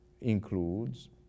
includes